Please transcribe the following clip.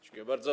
Dziękuję bardzo.